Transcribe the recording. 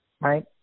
right